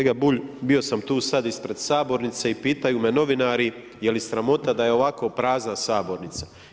Kolega Bulj, bio sam tu sada ispred sabornice i pitaju me novinari, je li sramota, da je ovako prazna sabornica.